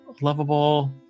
lovable